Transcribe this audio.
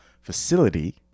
facility